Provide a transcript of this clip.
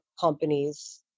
companies